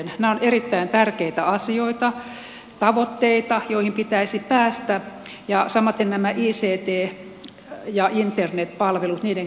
nämä ovat erittäin tärkeitä asioita tavoitteita joihin pitäisi päästä ja samaten nämä ict ja internetpalvelut niiden kehittäminen